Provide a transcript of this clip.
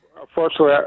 Unfortunately